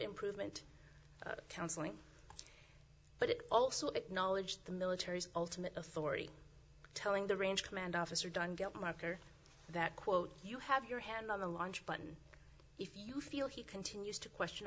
improvement counseling but it also acknowledged the military's ultimate authority telling the range command officer don't get marker that quote you have your hand on the launch button if you feel he continues to question